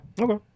Okay